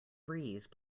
breeze